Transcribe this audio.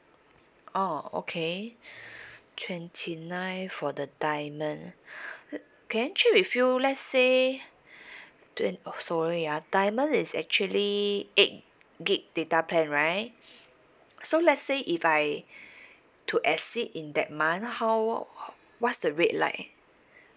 oh okay twenty nine for the diamond err can I check with you let's say twen~ oh sorry ah diamond is actually eight gig data plan right so let's say if I to exceed in that month how what's the rate like